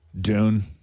Dune